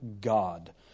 God